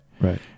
right